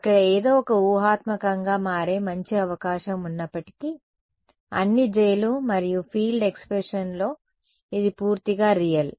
ఇక్కడ ఏదో ఒక ఊహాత్మకంగా మారే మంచి అవకాశం ఉన్నప్పటికీ అన్ని j లు మరియు ఫీల్డ్ ఎక్స్ప్రెషన్లో ఇది పూర్తిగా రియల్